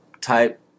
type